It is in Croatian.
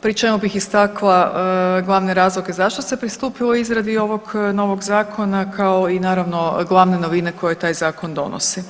pri čemu bih istakla glavne razloge zašto se pristupilo izradi ovog novog zakona kao i naravno glavne novine koje taj zakon donosi.